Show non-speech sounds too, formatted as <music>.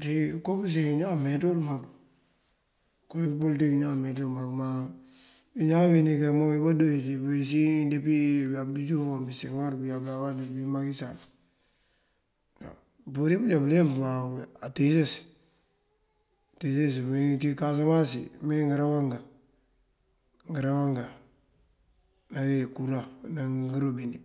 Ţí ngënko pësiyën ñaan meet ngël mak. Koopolitik ñaan meet ngël mak. Má wi ñaan nëwíni nikamobi dëpuwí pësiyën dëpi bi abdou diouf, bi senghor bi abdolaye wade pëbi maky sall <hesitation> mampurir pënjá bëleemp má atires attires. Uwín dí ţí dí kasamas ţí mee ngëruwa angan ngëruwa angan ngëruwa angan ná dí kuraŋ ná ngërobinet